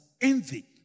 envy